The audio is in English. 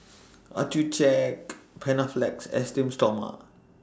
Accucheck Panaflex Esteem Stoma